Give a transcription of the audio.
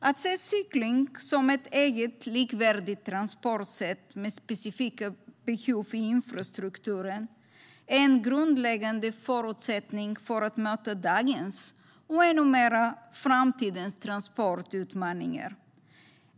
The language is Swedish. Att se cykling som ett eget, likvärdigt transportsätt med specifika behov i infrastrukturen är en grundläggande förutsättning för att möta dagens, och ännu mer framtidens, transportutmaningar.